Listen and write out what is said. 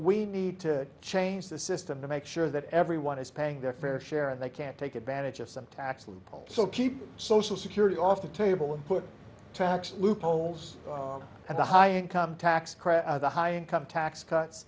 we need to change the system to make sure that everyone is paying their fair share and they can't take advantage of some tax loopholes so keep social security off the table and put traction loopholes and the high income tax credit the high income tax cuts